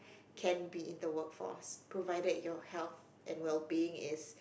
can be in the workforce provided your health and well being is